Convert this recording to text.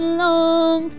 long